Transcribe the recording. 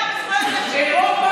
אפשר לחשוב שאצלכם זה לא קיים.